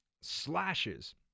slashes